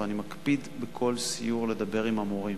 אני מקפיד בכל סיור לדבר עם המורים.